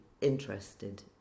interested